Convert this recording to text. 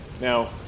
Now